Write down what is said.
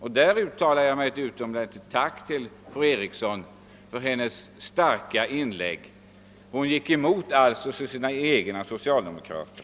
Jag uttalar ett varmt tack till henne för hennes starka inlägg i den debatten, då hon alltså gick emot sina egna partikamrater.